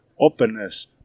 openness